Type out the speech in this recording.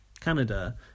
canada